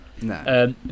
no